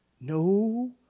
no